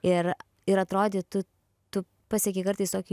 ir ir atrodytų tu pasieki kartais tokį